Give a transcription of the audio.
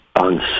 on